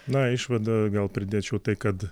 na išvada gal pridėčiau tai kad